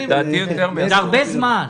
זה הרבה זמן.